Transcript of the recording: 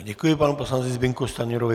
Děkuji panu poslanci Zbyňku Stanjurovi.